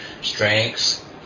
strengths